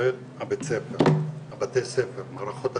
כולל בתי ספר, מערכות החינוך,